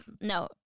no